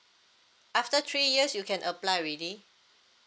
after three years you can apply already